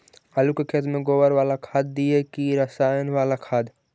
आलू के खेत में गोबर बाला खाद दियै की रसायन बाला खाद?